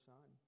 Son